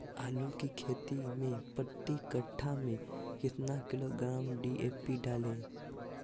आलू की खेती मे प्रति कट्ठा में कितना किलोग्राम डी.ए.पी डाले?